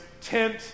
tent